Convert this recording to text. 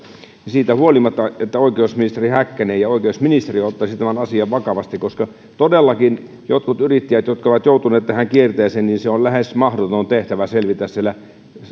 siitä huolimatta oikeusministeri häkkänen ja oikeusministeriö ottaisivat tämän asian vakavasti koska todellakin niille yrittäjille jotka ovat joutuneet tähän kierteeseen on lähes mahdoton tehtävä selvitä siellä